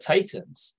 Titans